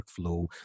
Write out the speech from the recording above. workflow